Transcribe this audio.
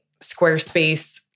Squarespace